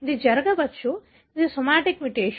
ఇది జరగవచ్చు ఇది సోమాటిక్ మ్యుటేషన్